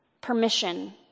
permission